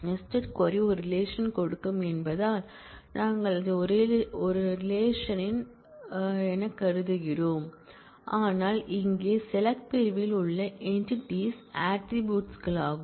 nested query ஒரு relation கொடுக்கும் என்பதால் நாங்கள் அதை ஒரு ரிலேஷன் ஆக கருதிக் கொண்டிருந்தோம் ஆனால் இங்கே SELECT பிரிவில் உள்ள என்டிடிஸ் ஆட்ரிபூட்ஸ் களாகும்